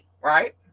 right